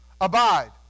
abide